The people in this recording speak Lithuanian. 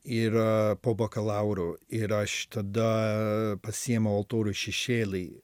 ir a po bakalauro ir aš tada pasiėmiau altorių šešėly